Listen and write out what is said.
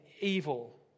evil